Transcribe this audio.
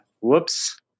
whoops